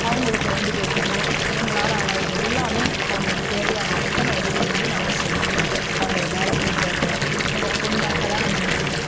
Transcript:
அவங்களுக்கு ரெண்டு பேத்துக்கும் எங்களால் ஆன எல்லாம் அவங்களுக்கு தேவையான அத்தனை உதவிகளையும் நாங்கள் செஞ்சு அவங்கள மேலே கொண்டுட்டு வந்தோம் எங்கள் பொண்ணை கல்யாணம் பண்ணி கொடுத்தோம்